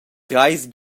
treis